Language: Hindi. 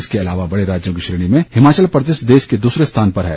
इसके अलावा बड़े राज्यों की श्रेणी में हिमाचल प्रदेश देश में दूसरे स्थान पर है